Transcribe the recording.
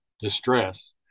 distress